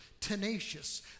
tenacious